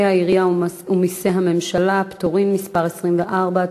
העירייה ומסי הממשלה (פטורין) (מס' 24),